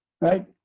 Right